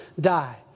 die